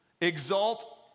exalt